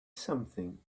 something